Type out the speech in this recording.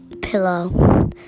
pillow